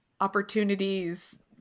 opportunities